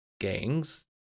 gangs